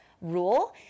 rule